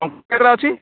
କମ୍ପ୍ୟୁଟର୍ରେ ଅଛି